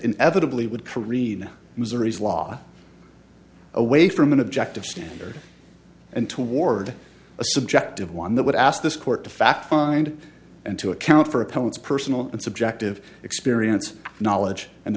inevitably would careen missouri's law away from an objective standard and toward a subjective one that would ask this court to fact find and to account for opponents personal and subjective experience knowledge and